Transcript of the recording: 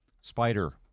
spider